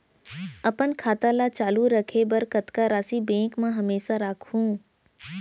अपन खाता ल चालू रखे बर कतका राशि बैंक म हमेशा राखहूँ?